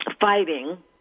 fighting